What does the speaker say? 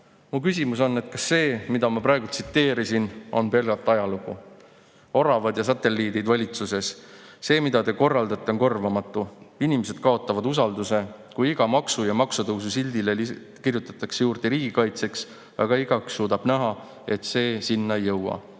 Mu küsimus on, kas see, mida ma praegu tsiteerisin, on pelgalt ajalugu. Oravad ja teie satelliidid valitsuses, see, mida te korraldate, on korvamatu. Inimesed kaotavad usalduse, kui iga maksu ja maksutõusu juurde kirjutatakse sildile "riigikaitseks", aga igaüks suudab näha, et sinna see